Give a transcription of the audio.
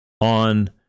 on